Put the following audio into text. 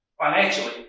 financially